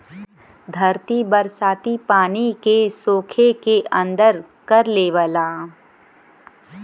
धरती बरसाती पानी के सोख के अंदर कर लेवला